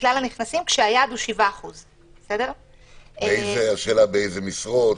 כשהיעד הוא 7%. באיזה משרות,